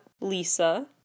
Lisa